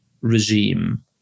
regime